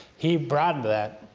he broadened that,